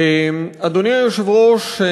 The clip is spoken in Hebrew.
אדוני היושב-ראש,